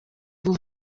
vous